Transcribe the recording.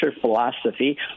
philosophy